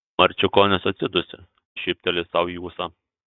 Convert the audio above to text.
marčiukonis atsidūsi šypteli sau į ūsą